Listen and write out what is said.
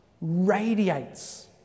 radiates